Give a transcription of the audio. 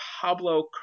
pablo